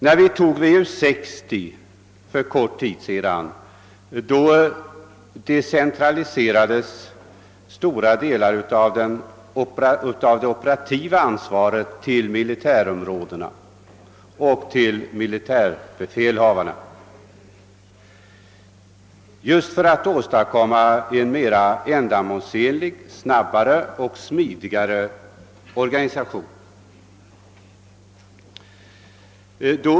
När riksdagen för någon tid sedan antog VU 60 decentraliserades stora delar av det operativa ansvaret till militärområdena och militärbefälhavarna just för att åstadkomma en ändamålsenligare, snabbare och smidigare organisation.